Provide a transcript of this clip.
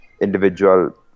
individual